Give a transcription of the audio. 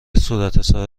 صورتحساب